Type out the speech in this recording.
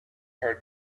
her